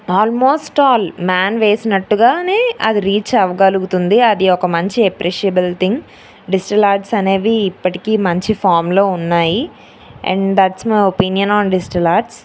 almost all man వేసినట్టుగానే అది reach అవ్వగలుగుతుంది అది మంచి ఒక అప్రిషియబుల్ థింగ్ డిజిటల్ ఆర్ట్స్ అనేవి ఇప్పటికీ మంచి ఫామ్లో ఉన్నాయి and that's my opinion on digital arts